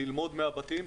ללמוד מהבתים,